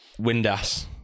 Windass